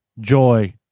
joy